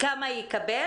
כמה הוא יקבל?